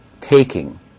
taking